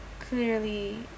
clearly